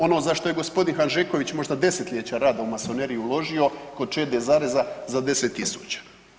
Ono za što je gospodin Hanžeković možda desetljeća rada u masoneriju uložio kod Čede zareza za 10.000.